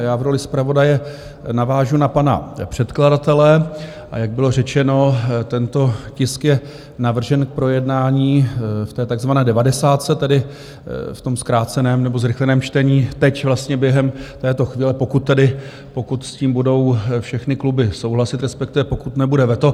Já v roli zpravodaje navážu na pana předkladatele, a jak bylo řečeno, tento tisk je navržen k projednání v takzvané devadesátce, tedy v zkráceném nebo zrychleném čtení, teď, vlastně během této chvíle, pokud tedy s tím budou všechny kluby souhlasit, respektive pokud nebude veto.